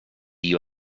you